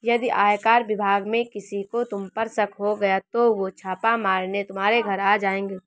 यदि आयकर विभाग में किसी को तुम पर शक हो गया तो वो छापा मारने तुम्हारे घर आ जाएंगे